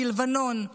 בלבנון,